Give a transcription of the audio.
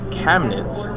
cabinets